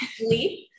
leap